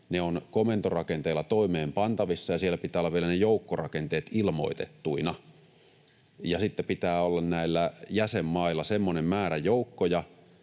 ne ovat komentorakenteilla toimeenpantavissa, ja siellä pitää olla vielä ne joukkorakenteet ilmoitettuina. Sitten pitää olla näillä jäsenmailla semmoinen määrä joukkoja